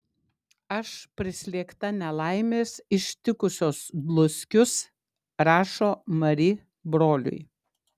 aš prislėgta nelaimės ištikusios dluskius rašo mari broliui